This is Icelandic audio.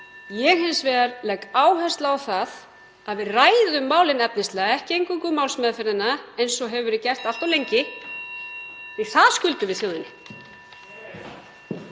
legg hins vegar áherslu á að við ræðum málin efnislega, ekki eingöngu um málsmeðferðina eins og hefur verið gert allt of lengi, það skuldum við þjóðinni.